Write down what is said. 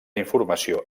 informació